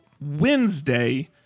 Wednesday